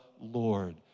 Lord